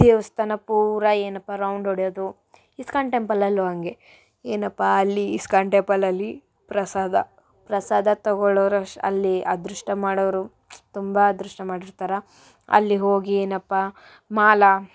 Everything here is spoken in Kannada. ದೇವ್ಸ್ಥಾನ ಪೂರ ಏನಪ್ಪ ರೌಂಡ್ ಹೊಡಿಯೋದು ಇಸ್ಕಾನ್ ಟೆಂಪಲಲ್ಲೂ ಹಂಗೆ ಏನಪಾ ಅಲ್ಲಿ ಇಸ್ಕಾನ್ ಟೆಂಪಲಲ್ಲಿ ಪ್ರಸಾದ ಪ್ರಸಾದ ತಗೊಳೋರು ಅಶ್ ಅಲ್ಲೀ ಅದೃಷ್ಟ ಮಾಡೋರು ತುಂಬಾ ಅದೃಷ್ಟ ಮಾಡಿರ್ತಾರೆ ಅಲ್ಲಿ ಹೋಗಿ ಏನಪ್ಪಾ ಮಾಲ